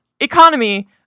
economy